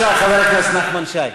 בבקשה, חבר הכנסת נחמן שי.